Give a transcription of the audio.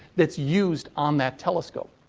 that's used on that telescope.